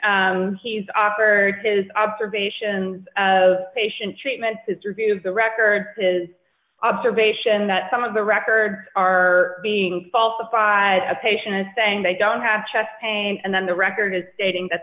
complaint he's offered his observations of patient treatment is reviewed the record is observation that some of the records are being falsified a patient saying they don't have chest pain and then the record stating that